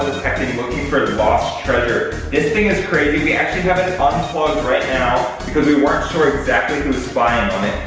detecting looking for lost treasure. this thing is crazy, we actually have it unplugged right now because we weren't sure exactly who was spying on it.